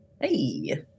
Hey